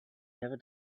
never